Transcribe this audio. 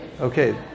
Okay